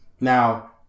Now